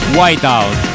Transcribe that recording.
Whiteout